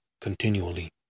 continually